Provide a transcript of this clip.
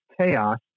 chaos